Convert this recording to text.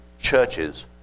churches